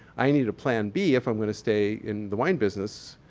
i need a plan b if i'm gonna stay in the wine business.